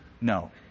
No